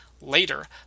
Later